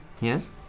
Yes